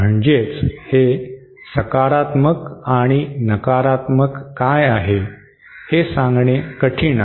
म्हणजेच हे सकारात्मक आणि नकारात्मक काय आहे हे सांगणे कठीण आहे